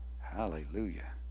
Hallelujah